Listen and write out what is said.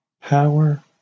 power